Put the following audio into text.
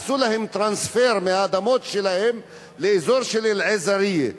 עשו להם טרנספר מהאדמות שלהם לאזור של אל-עזרייה.